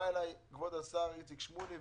בא אליי כבוד השר איציק שמולי,